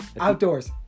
Outdoors